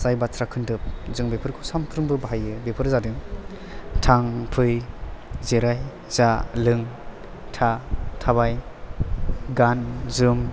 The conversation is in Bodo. जाय बाथ्रा खोन्दोब जों बेफोरखौ सानफ्रोमबो बाहायो बेफोर जादों थां फै जिराय जा लों था थाबाय गान जोम